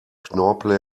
knorpel